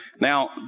Now